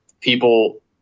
people